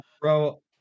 bro